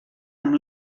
amb